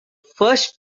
first